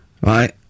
Right